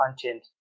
content